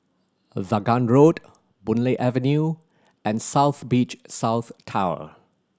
Vaughan Road Boon Lay Avenue and South Beach South Tower